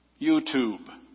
YouTube